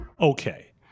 Okay